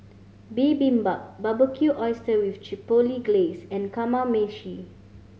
Bibimbap Barbecue Oyster with Chipotle Glaze and Kamameshi